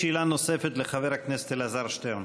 שאלה נוספת לחבר הכנסת אלעזר שטרן.